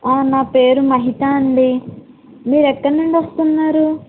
నా పేరు మహిత అండీ మీరెక్కడ నుండి వస్తున్నారు